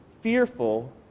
fearful